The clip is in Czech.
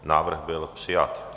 Návrh byl přijat.